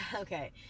Okay